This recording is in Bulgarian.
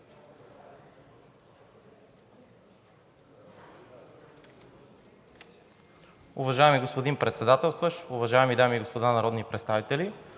Уважаеми господин Председателстващ, уважаеми дами и господа народни представители!